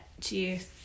cheers